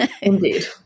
Indeed